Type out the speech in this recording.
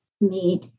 made